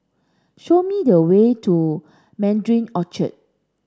show me the way to Mandarin Orchard